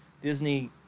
Disney